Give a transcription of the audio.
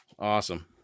Awesome